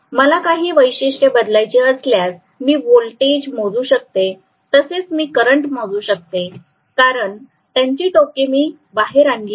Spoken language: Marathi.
मला काही वैशिष्ट्ये बदलायची असल्यास मी वोल्टेज मोजू शकते तसेच मी करंट मोजू शकते कारण त्यांची टोके मी बाहेर आणली आहेत